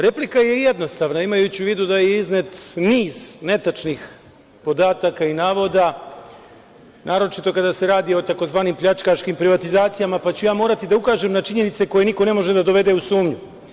Replika je jednostavna, imajući u vidu da je iznet niz netačnih podataka i navoda, naročito kada se radi o tzv. pljačkaškim privatizacijama, pa ću ja morati da ukažem na činjenice koje niko ne može da dovede u sumnju.